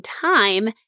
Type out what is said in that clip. time